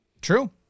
true